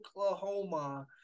Oklahoma